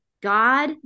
God